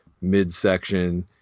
midsection